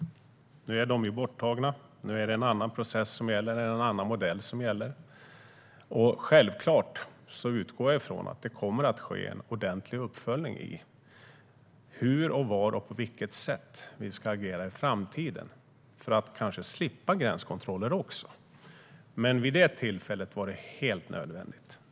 Nu är de borttagna, och nu är det en annan process, en annan modell, som gäller. Självklart utgår jag från att det kommer att ske en ordentlig uppföljning när det gäller hur och var och på vilket sätt vi ska agera i framtiden för att kanske slippa gränskontroller också, men vid det tillfället var det helt nödvändigt.